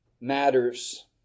matters